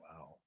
wow